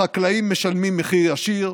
החקלאים משלמים מחיר ישיר,